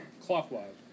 Clockwise